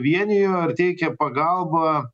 vienijo ir teikė pagalbą